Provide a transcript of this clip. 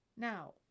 Now